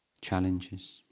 challenges